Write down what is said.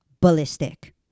ballistic